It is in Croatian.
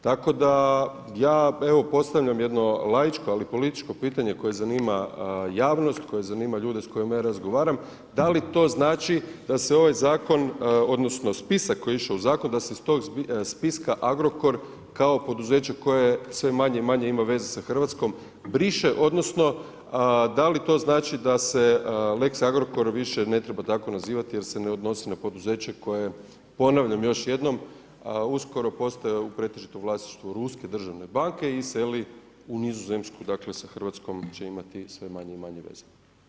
Tako da ja evo postavljam jedno laičko ali i političko pitanje koje zanima javnost, koje zanima ljude s kojima ja razgovaram, da li to znači da se ovaj zakon, odnosno spisak koji je išao u zakon da se iz tog spiska Agrokor kao poduzeće koje sve manje i manje ima veze sa Hrvatskom briše, odnosno da li to znači da se lex Agrokor više ne treba tako nazivati jer se ne odnosi na poduzeće koje ponavljam još jednom uskoro postaje u pretežitom vlasništvu Ruske državne banke i seli u Nizozemsku, dakle sa Hrvatskom će imati sve manje i manje veze.